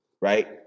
right